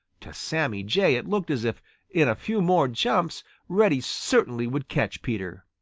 to sammy jay it looked as if in a few more jumps reddy certainly would catch peter.